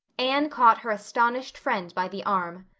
anne caught her astonished friend by the arm.